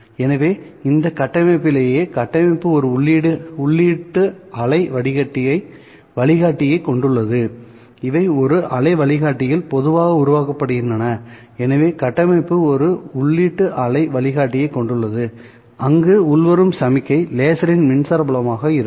எனவேஇந்த கட்டமைப்பிலேயேகட்டமைப்பு ஒரு உள்ளீட்டு அலை வழிகாட்டியைக் கொண்டுள்ளது இவை ஒரு அலை வழிகாட்டியில் பொதுவாக உருவாக்கப்படுகின்றனஎனவே கட்டமைப்பு ஒரு உள்ளீட்டு அலை வழிகாட்டியைக் கொண்டுள்ளதுஅங்கு உள்வரும் சமிக்ஞை லேசரின் மின்சார புலமாக இருக்கும்